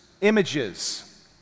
images